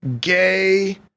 gay